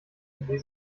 die